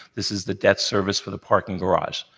this is the debt service for the parking garage,